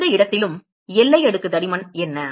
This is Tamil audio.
எந்த இடத்திலும் எல்லை அடுக்கு தடிமன் என்ன